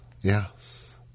Yes